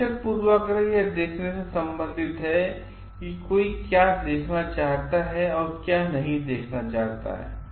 प्रेक्षक पूर्वाग्रह यह देखने से संबंधित है कि कोई क्या देखना चाहता है या क्या नहीं देखना चाहता है